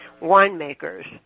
winemakers